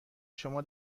شما